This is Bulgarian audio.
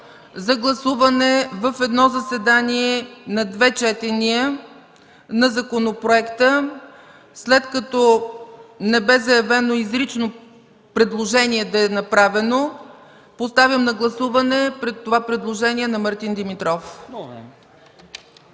за гласуване в едно заседание на две четения на законопроекта, след като не бе заявено изрично да е направено предложение, поставям на гласуване предложението на Мартин Димитров.